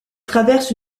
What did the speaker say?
traverse